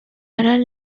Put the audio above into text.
liberal